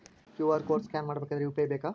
QR code scan ಮಾಡಬೇಕಾದರೆ UPI ಬೇಕಾ?